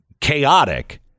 chaotic